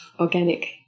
organic